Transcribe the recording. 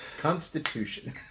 Constitution